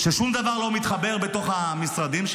ששום דבר לא מתחבר בתוך המשרדים שלה.